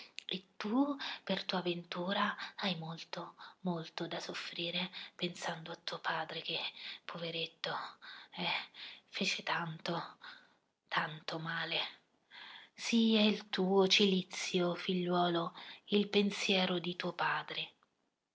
e tu per tua ventura hai molto molto da soffrire pensando a tuo padre che poveretto eh fece tanto tanto male sia il tuo cilizio figliuolo il pensiero di tuo padre